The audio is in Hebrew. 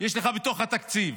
יש לך בתוך התקציב?